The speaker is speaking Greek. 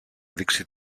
δείξει